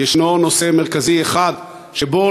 יש נושא מרכזי אחד שבו,